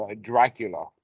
Dracula